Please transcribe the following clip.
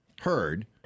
heard